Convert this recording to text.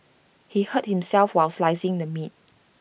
he hurt himself while slicing the meat